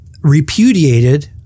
repudiated